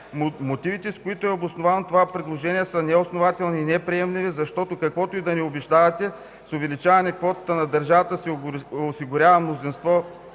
Мотивите, с които е обосновано това предложение, са неоснователни и неприемливи, защото, каквото и да ни обещавате с увеличаване квотата на държавата, се осигурява мнозинство